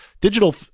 digital